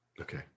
Okay